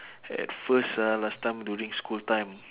at first ah last time during school time